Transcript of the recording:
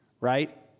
right